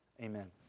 Amen